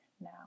now